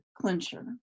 clincher